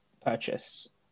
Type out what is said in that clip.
purchase